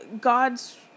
God's